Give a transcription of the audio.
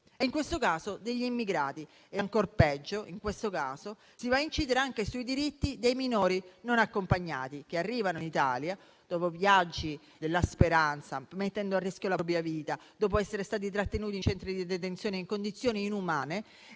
in questo caso degli immigrati; ancor peggio, in questo caso si va a incidere anche sui diritti dei minori non accompagnati che arrivano in Italia dopo viaggi della speranza, mettendo a rischio la propria vita, dopo essere stati trattenuti in centri di detenzione in condizioni inumane.